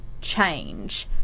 change